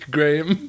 Graham